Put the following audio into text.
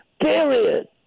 period